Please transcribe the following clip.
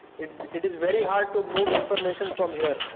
it is it is very hard to remove information from here.